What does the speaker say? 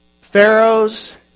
Pharaoh's